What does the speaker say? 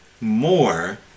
more